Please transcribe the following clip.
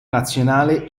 nazionale